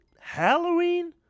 Halloween